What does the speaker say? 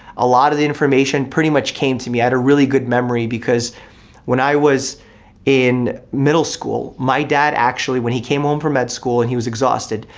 a lot of the information pretty much came to me. i had a really good memory because when i was in middle school my dad actually, when he came home from med school and he was exhausted,